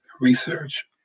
research